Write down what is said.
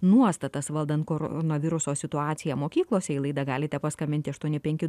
nuostatas valdant koronaviruso situaciją mokyklose į laidą galite paskambinti aštuoni penki